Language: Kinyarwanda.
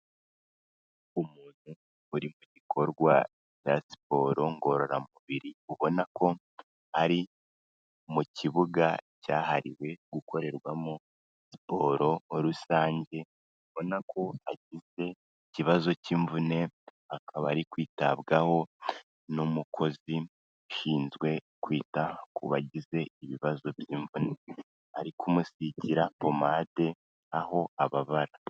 Umuntu uri mu gikorwa cya siporo ngororamubiri, ubona ko ari mu kibuga cyahariwe gukorerwamo siporo rusange, ubona ko agize ikibazo cy'imvune, akaba ari kwitabwaho n'umukozi ushinzwe kwita ku bagize ibibazo by'imvune. Ari kumusigira pomade aho ababara.